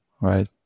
right